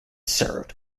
served